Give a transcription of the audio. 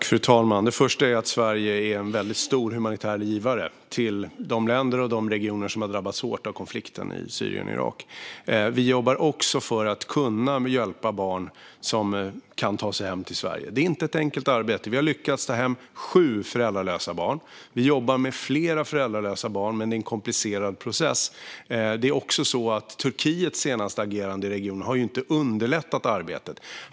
Fru talman! Först och främst är Sverige en stor humanitär givare till de länder och regioner som har drabbats hårt av konflikten i Syrien och Irak. Vi jobbar för att kunna hjälpa barn att ta sig hem till Sverige. Det är inte ett enkelt arbete. Vi har lyckats ta hem sju föräldralösa barn. Vi jobbar med fler föräldralösa barn, men det är en komplicerad process. Turkiets senaste agerande i regionen har inte underlättat arbetet.